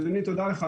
אדוני, תדע לך,